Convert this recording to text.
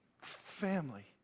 family